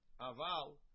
Aval